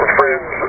friends